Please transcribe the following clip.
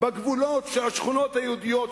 בגבולות של השכונות היהודיות,